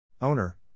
Owner